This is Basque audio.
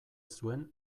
zuen